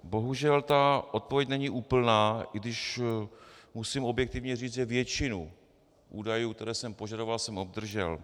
Bohužel odpověď není úplná, i když musím objektivně říct, že většinu údajů, které jsem požadoval, jsem obdržel.